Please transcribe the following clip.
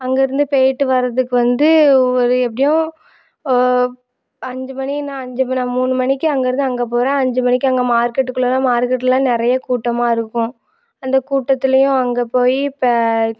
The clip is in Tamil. அங்கே இருந்து போயிட்டு வர்றதுக்கு வந்து ஒரு எப்படியும் அஞ்சு மணினா அஞ்சு மணி மூணு மணிக்கு அங்கே இருந்து அங்கே போகிறேன் அஞ்சு மணிக்கே அங்கே மார்கெட்டுக்குள்ளலாம் மார்க்கெட்டுலாம் நிறைய கூட்டமாக இருக்கும் அந்த கூட்டத்திலேயும் அங்கே போய்